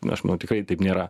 nu aš manau tikrai taip nėra